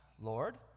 Lord